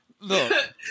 Look